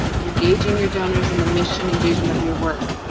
engaging your donors in the mission and vision of your work,